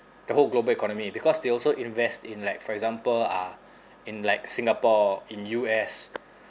the whole global economy because they also invest in like for example uh in like singapore in U_S